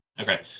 Okay